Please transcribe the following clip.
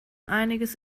einiges